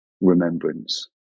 remembrance